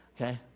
Okay